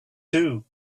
too